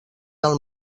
del